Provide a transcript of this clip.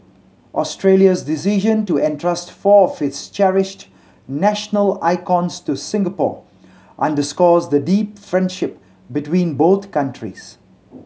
Australia's decision to entrust four of its cherished national icons to Singapore underscores the deep friendship between both countries